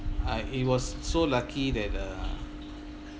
I it was so lucky that uh